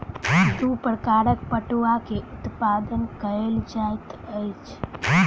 दू प्रकारक पटुआ के उत्पादन कयल जाइत अछि